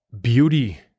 beauty